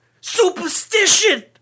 superstition